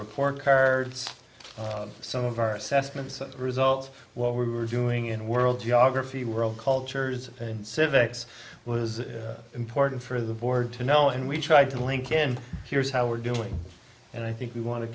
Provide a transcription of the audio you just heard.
report cards some of our assessments results what we were doing in world geography world cultures and civics was important for the board to know and we tried to link in here's how we're doing and i think we want to